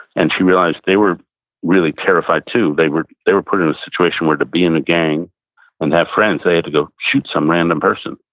and she realized they were really terrified, too. they were they were put in a situation where to be in a gang and have friends, they had to go shoot some random person.